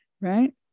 right